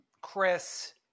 Chris